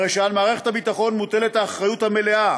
הרי שעל מערכת הביטחון מוטלת האחריות המלאה